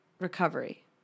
recovery